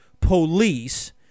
police